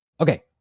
Okay